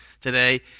today